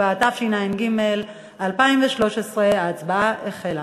27), התשע"ג 2013. ההצבעה החלה.